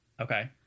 okay